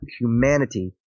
humanity